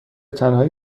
تنهایی